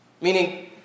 Meaning